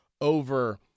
over